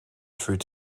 through